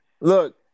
Look